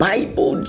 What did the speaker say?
Bible